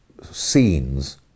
scenes